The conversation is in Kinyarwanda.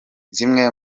zimwe